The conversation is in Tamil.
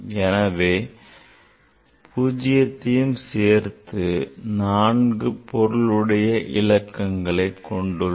எனவே பூஜ்ஜியத்தையும் சேர்த்து நான்கு பொருளுடையவிலக்கங்களை கொண்டுள்ளன